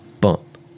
Bump